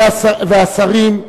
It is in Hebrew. השרים,